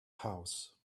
house